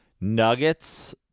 Nuggets